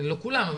לא כולם.